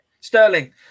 Sterling